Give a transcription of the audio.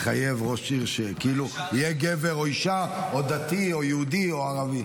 לחייב ראש עיר שכאילו יהיה גבר או אישה או דתי או יהודי או ערבי.